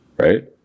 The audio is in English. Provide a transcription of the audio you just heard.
right